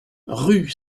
rue